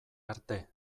arte